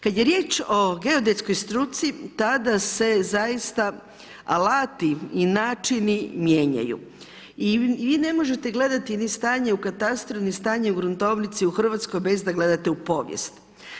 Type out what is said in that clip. Kad je riječ o geodetskoj struci tada se zaista alati i načini mijenjaju i ne možete gledati ni stanje u katastru, ni stanje u gruntovnici u Hrvatskoj bez da gledate u povijest.